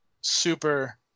Super –